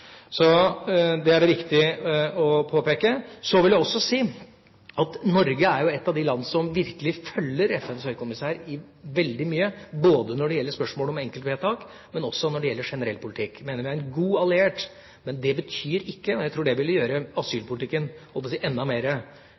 Det er det viktig å påpeke. Så vil jeg også si at Norge er jo et av de land som virkelig følger FNs høykommissær i veldig mye, både når det gjelder spørsmålet om enkeltvedtak, og også når det gjelder generell politikk. Jeg mener vi er en god alliert. Men det betyr ikke at jeg tror det ville gjøre asylpolitikken – jeg holdt på å si – enda